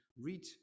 read